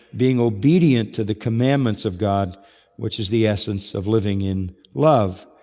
being obedient to the commandments of god which is the essence of living in love.